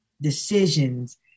decisions